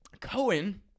Cohen